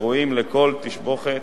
שראויים לכל תשבחת.